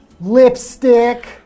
lipstick